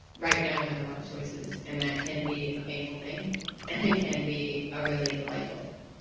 right now, we have a lot of choices and that can be a painful thing and it can be a really delightful thing.